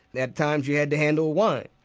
at times you had to handle wine.